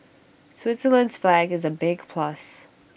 Switzerland's flag is A big plus